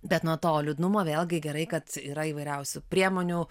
bet nuo to liūdnumo vėlgi gerai kad yra įvairiausių priemonių